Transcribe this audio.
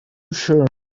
sure